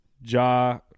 Ja